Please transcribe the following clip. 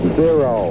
zero